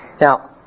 Now